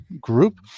group